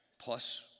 plus